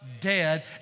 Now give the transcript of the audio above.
dead